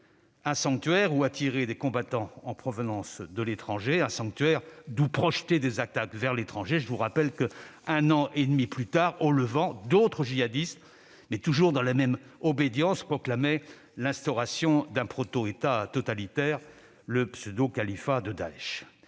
un sanctuaire où attirer des combattants en provenance de l'étranger, un sanctuaire d'où il aurait été possible de projeter des attaques vers l'étranger. Je vous rappelle que, un an et demi plus tard, au Levant, d'autres djihadistes, toujours de la même obédience, proclamaient l'instauration d'un proto-État totalitaire, le pseudo-califat de Daech.